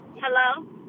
Hello